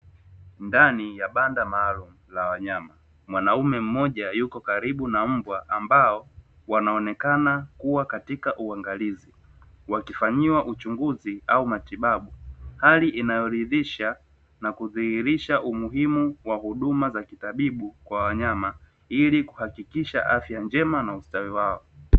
Ndani ya banda maalumu la wanyama, mwanamume mmoja yuko karibu na mbwa ambao wanaonekana kuwa katika uangalizi wakifanyiwa uchunguzi au matibabu, hali inayoridhisha na kudhihirisha umuhimu wa huduma za kitabibu kwa wanyama ili kuhakikisha afya njema na ustawi wao.